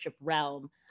realm